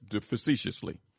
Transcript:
facetiously